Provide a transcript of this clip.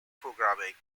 programming